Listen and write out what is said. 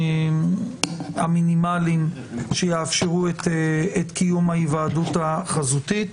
המינימליים, שיאפשרו את קיום ההיוועדות החזותית.